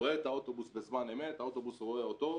רואה את האוטובוס בזמן אמת, האוטובוס רואה אותו,